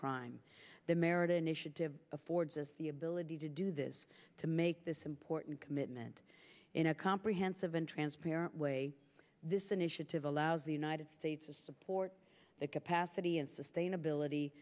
crime the merit initiative affords us the ability to do this to make this important commitment in a comprehensive and transparent way this initiative allows the united states to support the capacity and sustainability